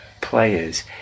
players